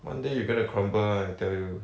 one day you gonna crumble one tell you